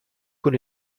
con